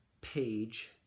page